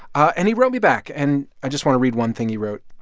ah and he wrote me back. and i just want to read one thing he wrote.